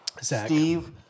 Steve